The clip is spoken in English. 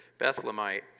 Bethlehemite